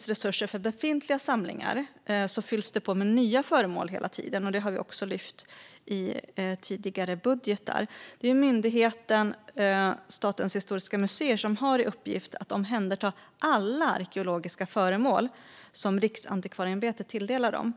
resurser för befintliga samlingar saknas fylls det hela tiden på med nya föremål, vilket också lyfts upp i tidigare budgetar. Myndigheten Statens historiska museer har i uppgift att omhänderta alla arkeologiska föremål som Riksantikvarieämbetet tilldelar dem.